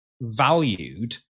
valued